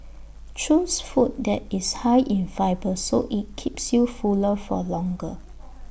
choose food that is high in fibre so IT keeps you fuller for longer